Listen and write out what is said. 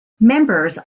members